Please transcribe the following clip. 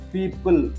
People